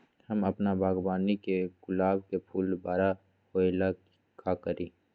हम अपना बागवानी के गुलाब के फूल बारा होय ला का करी?